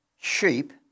sheep